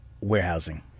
warehousing